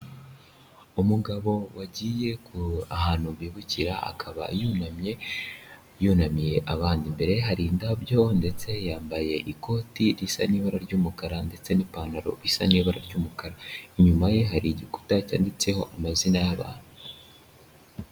Umugabo wagiye ahantu bibukira, akaba yunamye yunamiye abandi. Imbere hari indabyo ndetse yambaye ikoti risa n'ibara ry'umukara ndetse n'ipantaro isa n'ibara ry'umukara. Inyuma ye hari igikuta cyanditseho amazina y'abantu.